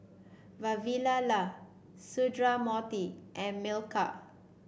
Vavilala Sundramoorthy and Milkha